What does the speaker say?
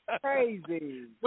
Crazy